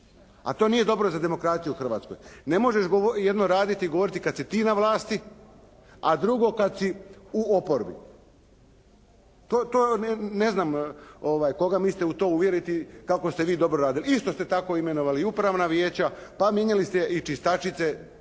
A to nije dobro za demokraciju u Hrvatskoj. Ne možeš jedno raditi i govoriti kad si ti na vlasti, a drugi kad si u oporbi. To, ne znam koga mislite to uvjeriti kako ste vi dobro radili. Isto tako imenovali i upravna vijeća, pa mijenjali ste i čistačice,